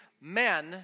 men